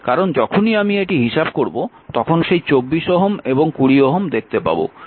কারণ যখনই আমি এটি হিসাব করব তখন সেই 24Ω এবং 20Ω দেখতে পাব